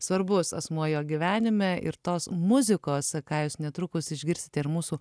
svarbus asmuo jo gyvenime ir tos muzikos ką jūs netrukus išgirsite ir mūsų